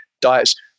diets